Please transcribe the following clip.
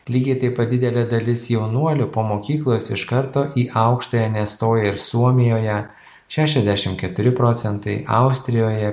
lygiai taip pat didelė dalis jaunuolių po mokyklos iš karto į aukštąją nestojo suomijoje šešiasdešim keturi procentai austrijoje